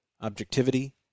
objectivity